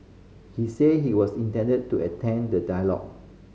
he said he was intend to attend the dialogue